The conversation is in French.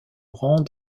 rang